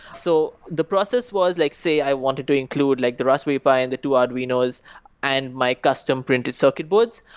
so the process was like, say, i wanted to include like the raspberry pi and the two arduinos and my custom printed circuit boards.